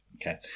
Okay